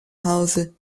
hause